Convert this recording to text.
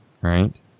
right